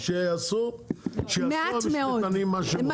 מירב, שיעשו המשפטנים מה שהם צריכים.